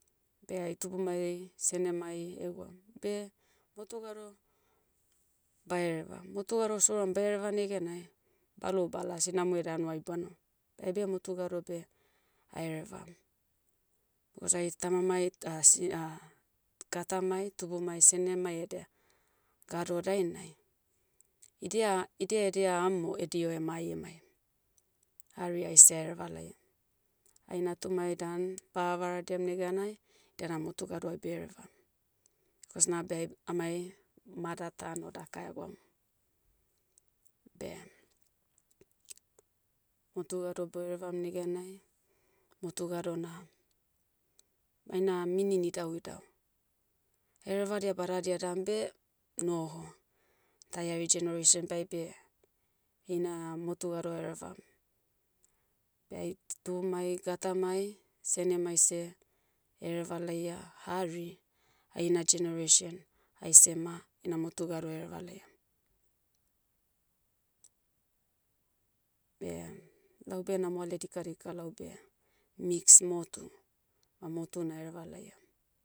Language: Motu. Beh ai tubumai, senemai, egwam beh, motu gado, bahereva. Motu gado souram baereva negenai, balou bala sinamui edia hanuai bano. Beh aibe motu gado beh, aherevam. Bikos ai tamamai tasi- gatamai tubumai senemai edia, gado dainai, idia- idia edia amo edio ema ai emai. Hari aise aereva laiam. Ai natumai dan, baha varadiam neganai, dia dan motu gadoai beherevam. Kos nabe aib- amai, mada tan o daka egwam. Beh, motu gado boerevam neganai, motu gado na, maena, minin idauidau. Herevadia badadia dan beh, noho. Tai ari generation beh aibe, heina, motu gado aherevam. Beh ai, t- tubumai gatamai, senemai seh, ehereva laia, hari, ai ina generation, aise ma, ina motu gado hereva laiam. Beh, laube na moale dikadika laube, mix motu, ma motu ahereva laiam.